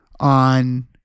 on